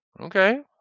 Okay